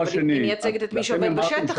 היא מייצגת את מי שעובד בשטח,